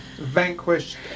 vanquished